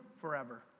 forever